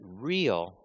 real